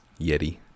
Yeti